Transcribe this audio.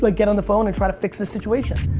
like get on the phone and try to fix this situation.